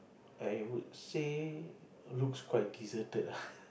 I would say looks quite deserted